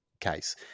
case